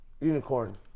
Unicorn